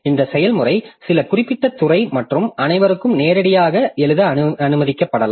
இந்த செயல்முறை சில குறிப்பிட்ட துறை மற்றும் அனைவருக்கும் நேரடியாக எழுத அனுமதிக்கப்படலாம்